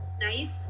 Nice